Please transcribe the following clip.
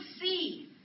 see